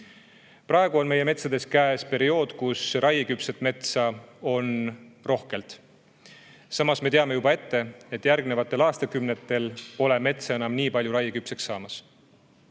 Praegu on meie metsades käes periood, kus raieküpset metsa on rohkelt. Samas me teame juba ette, et järgnevatel aastakümnetel pole enam nii palju metsa raieküpseks saamas.